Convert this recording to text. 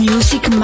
Music